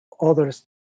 others